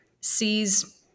sees